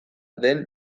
den